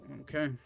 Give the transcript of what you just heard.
okay